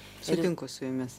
sutinku su jumis